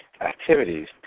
activities